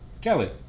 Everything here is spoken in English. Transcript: Kelly